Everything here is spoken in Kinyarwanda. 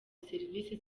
serivisi